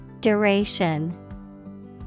Duration